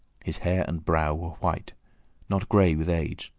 his hair and brow were white not grey with age,